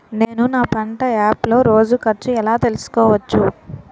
నేను నా పంట యాప్ లో రోజు ఖర్చు ఎలా తెల్సుకోవచ్చు?